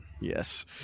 Yes